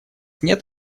нет